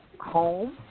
home